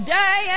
day